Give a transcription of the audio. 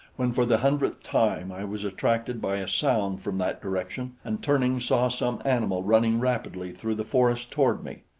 when for the hundredth time i was attracted by a sound from that direction, and turning, saw some animal running rapidly through the forest toward me.